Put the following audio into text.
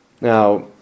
now